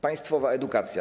Państwowa edukacja.